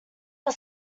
are